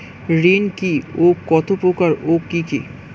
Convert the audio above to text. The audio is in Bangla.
ঋণ কি ও কত প্রকার ও কি কি?